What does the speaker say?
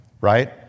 right